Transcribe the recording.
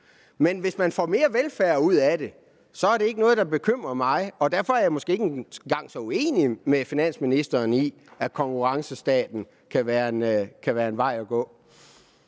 Men hvis man får mere velfærd ud af det, er det ikke noget, der bekymrer mig. Derfor er jeg måske ikke engang så uenig med finansministeren i, at konkurrencestaten kan være en vej at gå.